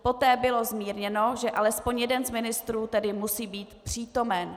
Poté bylo zmírněno, že alespoň jeden z ministrů tedy musí být přítomen.